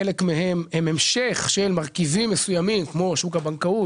חלק מהן הן המשך של מרכיבים מסוימים - שוק הבנקאות,